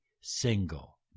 single